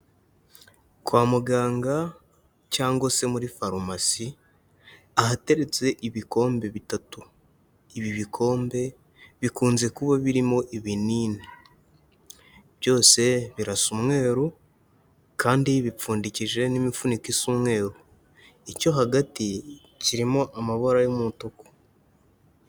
Kwa muganga cyangwa se muri farumasi ahateretse ibikombe bitatu, ibi bikombe bikunze kuba birimo ibinini, byose birasa umweru kandi bipfundikije n'imifuniko isa umweru, icyo hagati kirimo amabara y'umutuku.